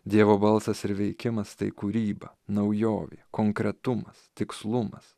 dievo balsas ir veikimas tai kūryba naujovė konkretumas tikslumas